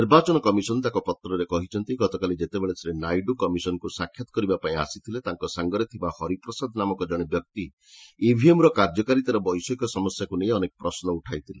ନିର୍ବାଚନ କମିଶନ୍ ତାଙ୍କ ପତ୍ରରେ କହିଛନ୍ତି ଗତକାଲି ଯେତେବେଳେ ଶ୍ରୀ ନାଇଡୁ କମିଶନ୍କୁ ସାକ୍ଷାତ୍ କରିବାପାଇଁ ଆସିଥିଲେ ତାଙ୍କ ସାଙ୍ଗରେ ଥିବା ହରିପ୍ରସାଦ ନାମକ ଜଣେ ବ୍ୟକ୍ତି ଇଭିଏମ୍ର କାର୍ଯ୍ୟକାରିତାର ବୈଷୟିକ ସମସ୍ୟାକୁ ନେଇ ଅନେକ ପ୍ରଶ୍ନ ଉଠାଇଥିଲେ